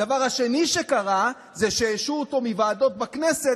הדבר השני שקרה זה שהשעו אותו מוועדות בכנסת,